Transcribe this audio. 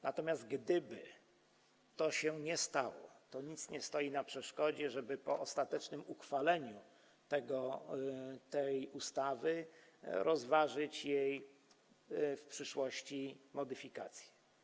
Natomiast gdyby tak się nie stało, to nic nie stoi na przeszkodzie, żeby po ostatecznym uchwaleniu tej ustawy rozważyć w przyszłości jej modyfikację.